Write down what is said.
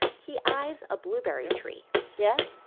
he eyes a blueberry tree yeah?